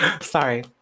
Sorry